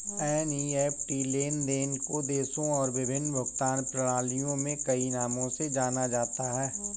NEFT लेन देन को देशों और विभिन्न भुगतान प्रणालियों में कई नामों से जाना जाता है